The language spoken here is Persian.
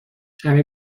همه